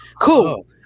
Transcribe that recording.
cool